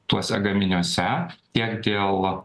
tuose gaminiuose tiek dėl